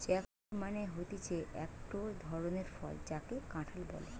jackfruit মানে হতিছে একটো ধরণের ফল যাকে কাঁঠাল বলে